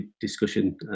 discussion